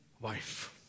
wife